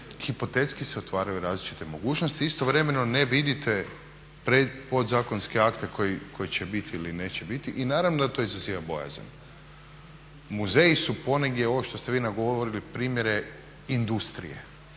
hipotetski se otvaraju različite mogućnosti, istovremeno ne vidite podzakonske akte koji će biti ili neće biti i naravno da to izaziva bojazan. Muzeji su ponegdje, ovo što ste vi govorili primjere industrije.